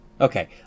Okay